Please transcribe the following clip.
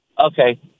Okay